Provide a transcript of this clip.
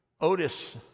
Otis